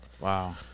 Wow